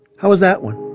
how was that one?